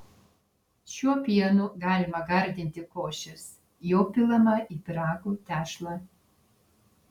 šiuo pienu galima gardinti košes jo pilama į pyragų tešlą